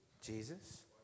Jesus